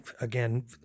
again